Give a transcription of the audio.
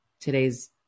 today's